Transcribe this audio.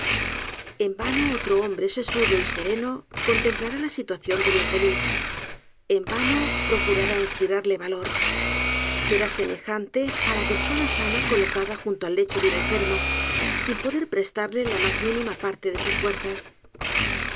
en vano otro hombre sesudo y sereno contemplará la situación del infeliz en vano procurará inspirarle valor será semejante á la persona sana colocada junto al lecho de un enfermo sin poder prestarle la mas mínima parte de sus fuerzas